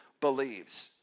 believes